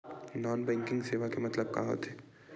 Non banking सेवा के मतलब का होथे?